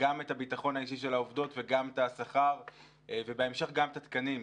גם את הביטחון האישי של העובדות וגם את השכר ובהמשך גם את התקנים.